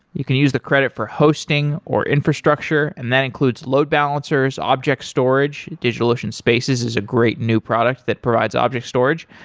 you can use the credit for hosting, or infrastructure, and that includes load balancers, object storage. digitalocean spaces is a great new product that provides object storage,